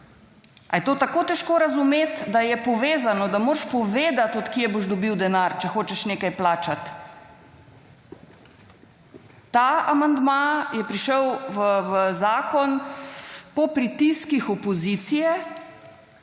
Ali je to tako težko razumeti, da je povezano, da moraš povedati od kje boš dobil denar, če hočeš nekaj plačati? Ta amandma je prišel v zakon po pritiskih opozicije,